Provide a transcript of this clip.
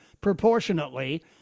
proportionately